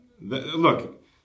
Look